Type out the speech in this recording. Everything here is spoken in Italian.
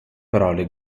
parole